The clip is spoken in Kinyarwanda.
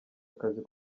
akazi